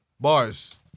Bars